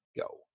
go